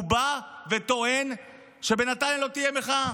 הוא בא וטוען שבנתניה לא תהיה מחאה.